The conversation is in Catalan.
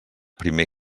primer